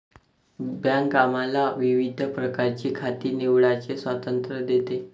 bank आम्हाला विविध प्रकारची खाती निवडण्याचे स्वातंत्र्य देते